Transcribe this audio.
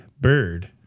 Bird